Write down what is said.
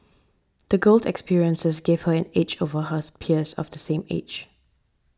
the girl's experiences gave her an edge over hers peers of the same age